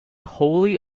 wholly